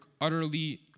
utterly